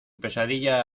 pesadilla